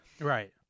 right